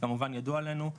שכמובן ידוע לנו,